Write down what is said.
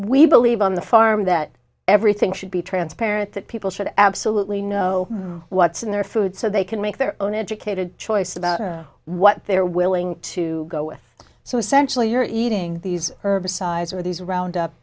we believe on the farm that everything should be transparent that people should absolutely know what's in their food so they can make their own educated choice about what they're willing to go with so essentially you're eating these herbicides or these roundup